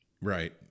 Right